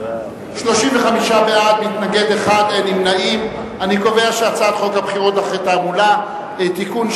ההצעה להעביר את הצעת חוק הבחירות (דרכי תעמולה) (תיקון,